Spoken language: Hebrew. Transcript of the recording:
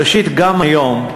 ראשית, גם היום,